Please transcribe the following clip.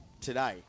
today